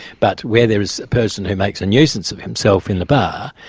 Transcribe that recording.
but where there is a person who makes a nuisance of himself in the bar,